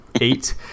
eight